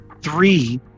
Three